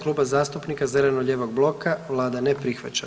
Kluba zastupnika zeleno-lijevog bloka, vlada ne prihvaća.